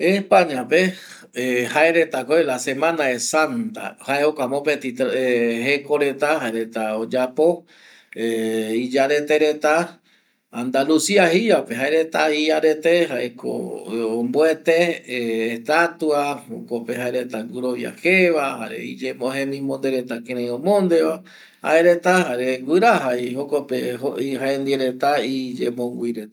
Esapaña pe jaereta ko jae la sema de santa jae reta oyapo iyareta Andalucia pe jaereta ombuete estatua, orovia je va jare jaereta guraja iyemongüireta.